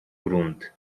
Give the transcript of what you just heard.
grunt